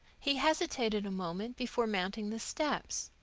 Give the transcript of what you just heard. he hesitated a moment before mounting the steps.